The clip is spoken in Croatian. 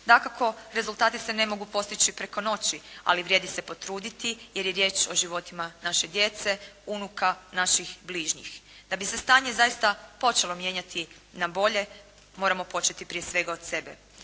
Dakako, rezultati se ne mogu postići preko noći ali vrijedi se potruditi jer je riječ o životima naše djece, unuka, naših bližnjih. Da bi se stanje zaista počelo mijenjati na bolje moramo početi prije svega od sebe.